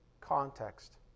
context